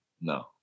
no